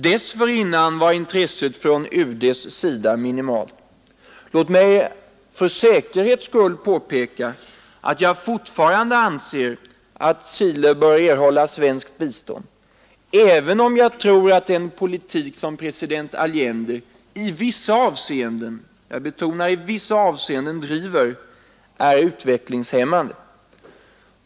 Dessförinnan var intresset från UD:s sida minimalt. Låt mig för säkerhets skull påpeka att jag fortfarande anser att Chile bör erhålla svenskt bistånd, även om jag tror att den politik som president Allende i vissa avseenden bedriver är utvecklingshämmande.